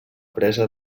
presa